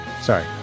sorry